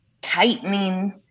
tightening